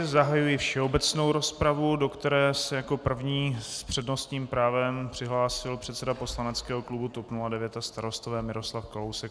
Zahajuji všeobecnou rozpravu, do které se jako první s přednostním právem přihlásil předseda poslaneckého klubu TOP 09 a Starostové Miroslav Kalousek.